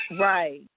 Right